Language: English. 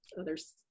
others